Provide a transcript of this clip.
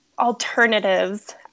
alternatives